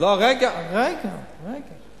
אז מי קבע, רגע, רגע.